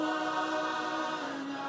one